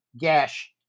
gash